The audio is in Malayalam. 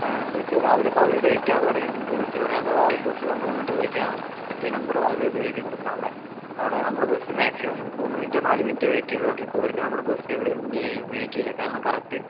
വിളിച്ചാൽ രാവിലെ ഇപ്പോൾ അവര് ലേറ്റ് ആകുവാണെങ്കിൽ നിങ്ങൾക്ക് വിളിച്ചുപറയാം അഥവാ ബസ് വന്നുനിന്നിട്ട് വിളിക്കാൻ പറ്റിയ നമ്പർ അവിടെ എഴുതിക്കൊടുക്കണം അവിടെ അവിടെ നമ്മള് ബസ് മാക്സിമം മൂന്നു മിനിറ്റ് നാലുമിനിറ്റ് വെയിറ്റ് ചെയ്യുവോള്ളൂ അതിൽ കൂടുതൽ നമ്മൾ ബസ് എവിടേയും വെയിറ്റ് ചെയ്യില്ല കാരണം കറക്റ്റ്